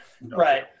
Right